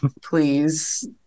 please